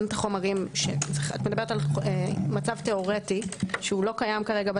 את מדברת על מצב תיאורטי שלא קיים כרגע בתקנות.